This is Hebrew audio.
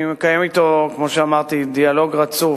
אני מקיים אתו, כמו שאמרתי, דיאלוג רצוף,